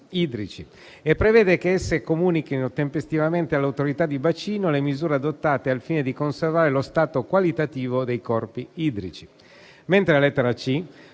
idrici e prevede che esse comunichino tempestivamente alle Autorità di bacino le misure adottate al fine di conservare lo stato qualitativo dei corpi idrici. La lettera *c)*